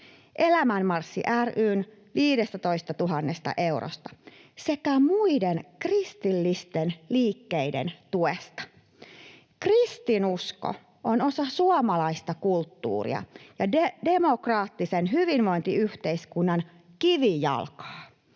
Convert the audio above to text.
Elämän marssi ry:n 15 000 eurosta sekä muiden kristillisten liikkeiden tuesta. Kristinusko on osa suomalaista kulttuuria ja demokraattisen hyvinvointiyhteiskunnan kivijalkaa.